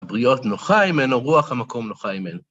הבריות נוחה הימנו, רוח המקום נוחה הימנו.